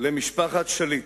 למשפחת שליט.